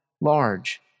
large